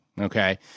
Okay